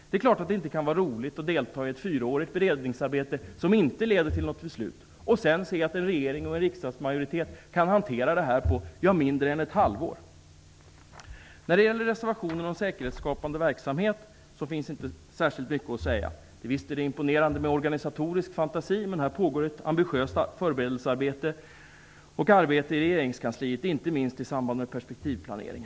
Det är klart att det inte kan vara roligt att delta i ett fyraårigt beredningsarbete som inte leder till något beslut och att sedan se att regeringen och en riksdagsmajoritet kan hantera det här på mindre än ett halvår. Om reservationen om säkerhetsskapande verksamhet finns det inte särskilt mycket att säga. Visst är det imponerande med organisatorisk fantasi. Men här pågår ett ambitiöst förberedelsearbete och ett arbete inom regeringskansliet, inte minst i samband med perspektivplaneringen.